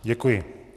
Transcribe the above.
Děkuji.